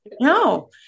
no